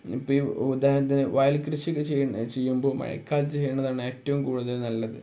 ഇപ്പം ഈ ഉദാഹരത്തിന് വയൽക്കൃഷി ചെയ്യുമ്പോൾ മഴക്കാലം ചെയ്യുന്നതാണ് ഏറ്റവും കൂടുതൽ നല്ലത്